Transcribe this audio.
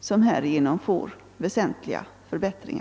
som härigenom får väsentliga förhättringar.